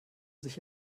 sich